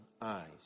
eyes